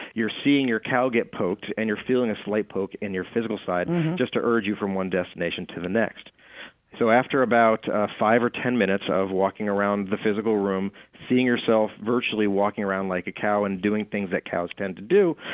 you're seeing your cow get poked and you're feeling a slight poke in your physical side just to urge you from one destination to the next so after about five or ten minutes of walking around the physical room, seeing yourself virtually walking around like a cow and doing things that cows tend to do,